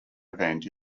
event